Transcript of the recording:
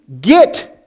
get